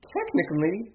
Technically